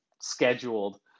scheduled